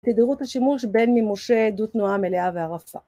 תדירות השימוש בין ממושה, דו תנועה מלאה והרפה.